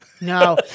No